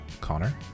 Connor